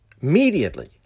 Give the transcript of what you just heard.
Immediately